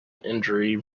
injury